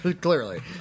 Clearly